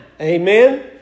Amen